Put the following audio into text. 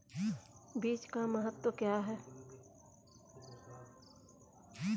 बीज का महत्व क्या है?